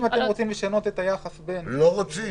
אם אתם רוצים לשנות את היחס --- לא רוצים.